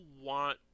want